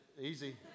Easy